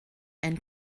and